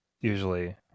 usually